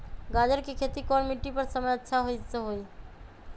गाजर के खेती कौन मिट्टी पर समय अच्छा से होई?